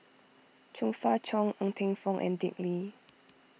Chong Fah Cheong Ng Teng Fong and Dick Lee